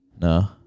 No